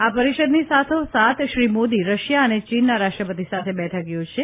આ પરિષદની સાથોસાથ શ્રી મોદી રશિયા અને ચીનના રાષ્ટ્રપતિ સાથે બેઠક યોજશે